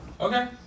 Okay